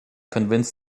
convince